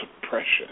suppression